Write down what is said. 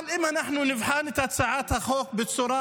אבל אם אנחנו נבחן את הצעת החוק בצורה